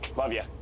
love ya.